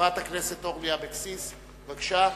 חברת הכנסת אורלי אבקסיס, בבקשה.